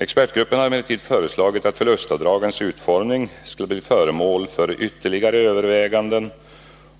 Expertgruppen har emellertid föreslagit att förlustavdragens utformning skall bli föremål för ytterligare överväganden